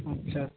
अच्छा अच्छा